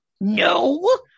No